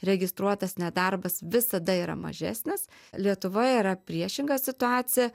registruotas nedarbas visada yra mažesnis lietuvoj yra priešinga situacija